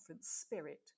spirit